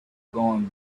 going